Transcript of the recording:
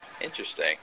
Interesting